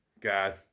god